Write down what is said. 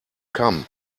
come